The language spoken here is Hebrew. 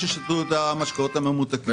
היית נותן לי עוד שתי דקות, הייתי עונה לך.